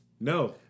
No